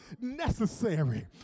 necessary